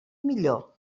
millor